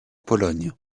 pologne